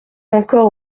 encore